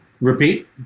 Repeat